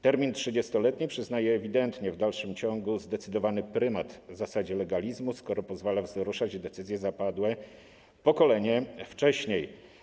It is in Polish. Termin 30-letni przyznaje ewidentnie w dalszym ciągu zdecydowany prymat zasadzie legalizmu, skoro pozwala wzruszać decyzje zapadłe pokolenie wcześniej.